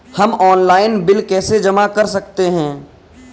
हम online bill कैसे जमा कर सकते हैं?